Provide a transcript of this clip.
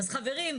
אז חברים,